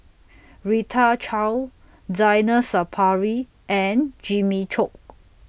Rita Chao Zainal Sapari and Jimmy Chok